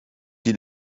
die